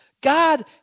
God